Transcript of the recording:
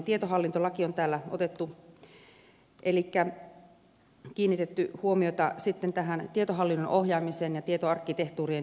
tietohallintolaki on täällä otettu esille elikkä on kiinnitetty huomiota tähän tietohallinnon ohjaamiseen ja tietoarkkitehtuurien yhtenäistämiseen